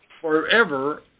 forever